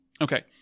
okay